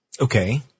Okay